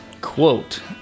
Quote